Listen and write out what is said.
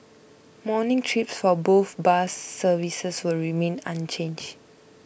morning trips for both bus services will remain unchanged